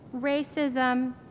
racism